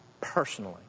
personally